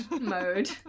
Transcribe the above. mode